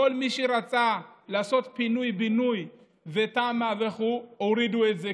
כל מי שרצה לעשות פינוי-בינוי ותמ"א וכו' הורידו את זה,